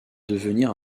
devenir